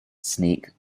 sneak